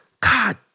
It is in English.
god